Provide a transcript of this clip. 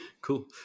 cool